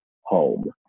home